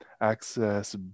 access